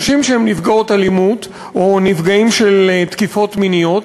נשים שהן נפגעות אלימות או נפגעים של תקיפות מיניות,